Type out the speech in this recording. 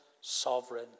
sovereign